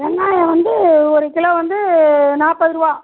வெங்காயம் வந்து ஒரு கிலோ வந்து நாற்பதுருவா